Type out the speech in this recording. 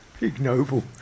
ignoble